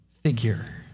figure